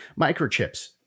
microchips